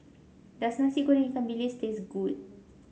does Nasi Goreng Ikan Bilis taste good